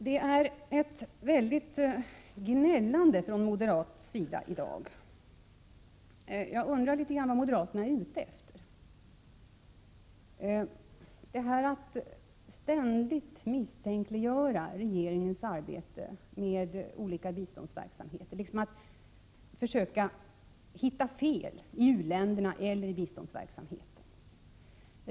Det är ett väldigt gnällande från moderaterna i dag. Jag undrar vad moderaterna egentligen är ute efter, när de ständigt misstänkliggör regeringens arbete med olika biståndsverksamheter och på olika sätt försöker hitta fel i u-länderna eller i biståndsverksamheten.